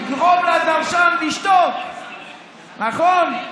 לגרום לדרשן לשתוק, נכון?